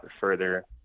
further